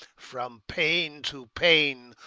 from pain to pain,